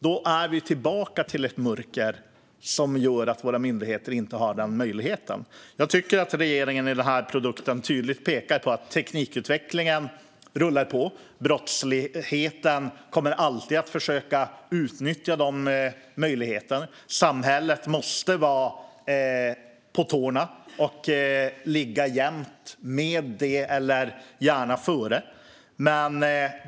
Då är vi tillbaka till ett mörker som gör att våra myndigheter inte har den möjligheten. Jag tycker att regeringen i den här produkten tydligt pekar på att teknikutvecklingen rullar på. Brottsligheten kommer alltid att försöka utnyttja möjligheter. Samhället måste vara på tårna och ligga jämnt med eller gärna före.